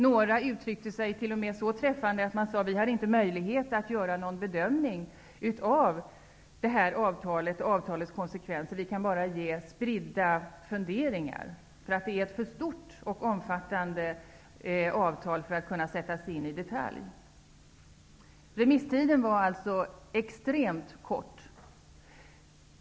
Några uttryckte sig t.o.m. så träffande att de sade att de inte hade möjlighet att göra någon bedömning av avtalet och dess konsekvenser. De kunde bara ge spridda funderingar. Det är ett för stort och omfattande avtal för att man skall kunna sätta sig in i detaljer. Remisstiden var alltså extremt kort.